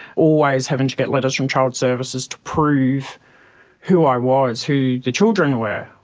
always having to get letters from child services to prove who i was, who the children were,